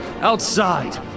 Outside